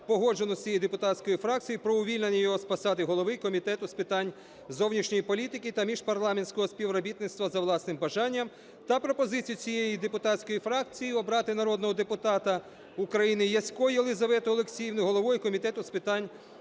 погоджено з цією депутатською фракцією про увільнення його з посади голови Комітету з питань зовнішньої політики та міжпарламентського співробітництва за власним бажанням та пропозицію цієї депутатської фракції обрати народного депутата України Ясько Єлизавету Олексіївну головою Комітету з питань